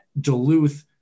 Duluth